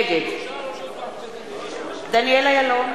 נגד דניאל אילון,